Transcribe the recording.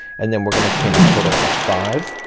and then we're gonna chain a total of five,